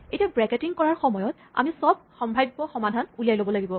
এতিয়া ব্ৰেকেটিং কৰাৰ সময়ত আমি চব সাম্ভাব্য সমাধান উলিয়াব লাগিব